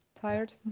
tired